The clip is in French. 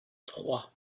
trois